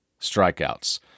strikeouts